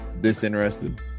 Disinterested